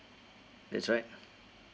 that's right